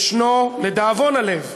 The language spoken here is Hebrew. יש, לדאבון הלב,